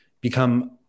become